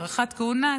הארכת כהונה,